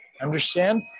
Understand